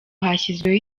hashyizweho